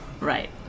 Right